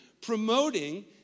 promoting